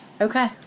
Okay